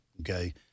okay